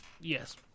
Yes